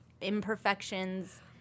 Imperfections